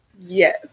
yes